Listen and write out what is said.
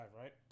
right